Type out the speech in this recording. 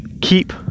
keep